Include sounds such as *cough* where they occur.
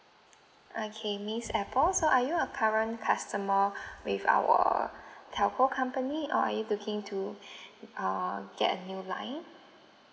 okay miss apple so are you a current customer *breath* with our telco company or are you looking to *breath* uh get a new line